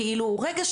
כאילו רגע,